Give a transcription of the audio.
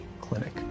clinic